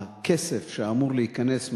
הכסף שאמור להיכנס מה"שירותרום"